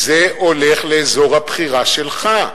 זה הולך לאזור הבחירה שלך,